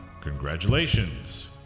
congratulations